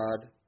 God